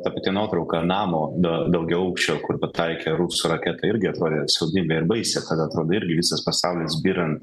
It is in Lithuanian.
ta pati nuotrauka namo nuo daugiaaukščio kur pataikė rusų raketa irgi atrodė saugi ir baisi kad atrodo irgi visas pasaulis byrant